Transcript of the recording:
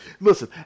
Listen